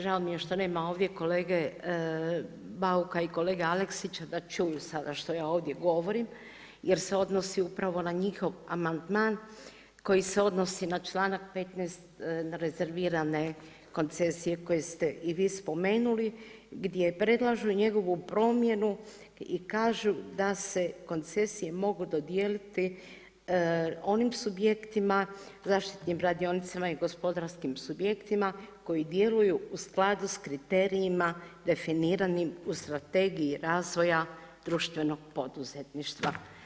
Žao mi je što nema ovdje kolege Bauka i kolege Aleksića da čuju sada što ja ovdje govorim jer se odnosi upravo na njihov amandman koji se odnosi na članak 15. na rezervirane koncesije koje ste i vi spomenuli gdje predlažu njegovu promjenu i kažu da se koncesije mogu dodijeliti onim subjektima, zaštitnim radionicama i gospodarskim subjektima koji djeluju u skladu s kriterijima definiranim u Strategiji razvoja društvenog poduzetništva.